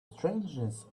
strangeness